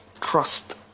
trust